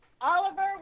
oliver